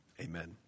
Amen